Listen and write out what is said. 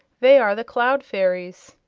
they are the cloud fairies.